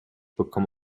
bekommt